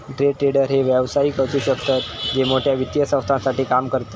day trader हे व्यावसायिक असु शकतत जे मोठ्या वित्तीय संस्थांसाठी काम करतत